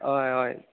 हय हय